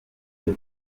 cyo